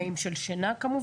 כי גם אין תנאים של שינה כמובן,